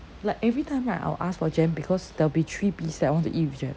like every time right I will ask for jam because there will be three piece that I want to eat with jam